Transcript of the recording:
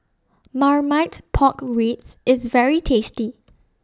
Marmite Pork Ribs IS very tasty